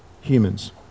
humans